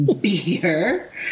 beer